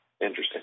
interesting